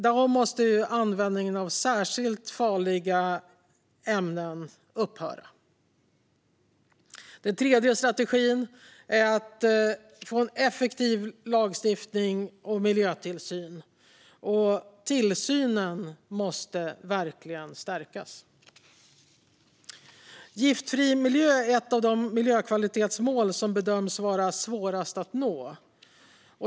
Då måste användningen av särskilt farliga ämnen upphöra. Den tredje strategin är att få till stånd en effektiv lagstiftning och miljötillsyn. Tillsynen måste verkligen stärkas. Giftfri miljö är ett av de miljökvalitetsmål som bedöms vara svårast att nå.